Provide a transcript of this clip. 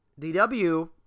DW